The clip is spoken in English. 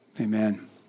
Amen